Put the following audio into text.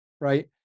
right